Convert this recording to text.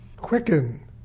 quicken